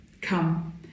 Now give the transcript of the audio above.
come